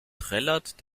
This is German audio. trällert